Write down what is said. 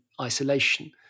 isolation